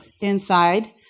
inside